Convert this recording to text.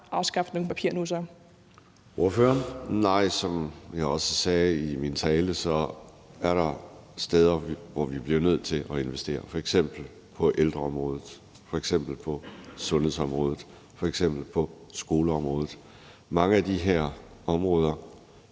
Kl. 11:16 Alex Ahrendtsen (DF): Nej, som jeg også sagde i min tale, er der steder, hvor vi bliver nødt til at investere, f.eks. på ældreområdet, på sundhedsområdet og på skoleområdet. Mange af de her områder